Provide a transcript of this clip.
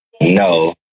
No